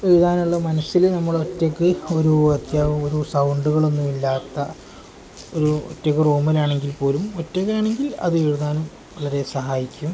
എഴുതാനുള്ള മനസ്സിൽ നമ്മൾ ഒറ്റക്ക് ഒരു അത്യാ ഒരു സൗണ്ടുകളൊന്നും ഇല്ലാത്ത ഒരു ഒറ്റക്ക് റൂമിലാണെങ്കിൽ പോലും ഒറ്റക്കാണെങ്കിൽ അത് എഴുതാനും വളരെ സഹായിക്കും